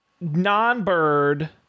non-bird